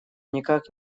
никак